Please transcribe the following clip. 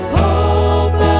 hope